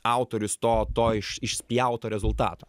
autorius to to iš išspjauto rezultato